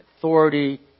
authority